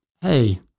hey